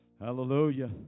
Hallelujah